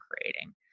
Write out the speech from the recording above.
creating